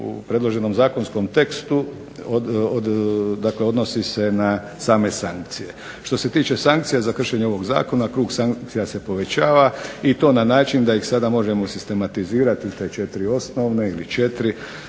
u predloženom zakonskom tekstu, dakle odnosi se na same sankcije. Što se tiče sankcija za kršenje ovog zakona, krug sankcija se povećava, i to na način da ih sada možemo sistematizirati te četiri osnovne ili četiri,